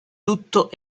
tutto